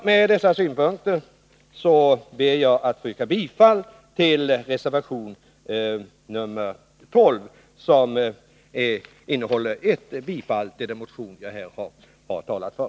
Med dessa synpunkter ber jag att få yrka bifall till reservation 12, som innehåller en hemställan om bifall till den motion som jag här har talat för.